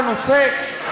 קנאביס.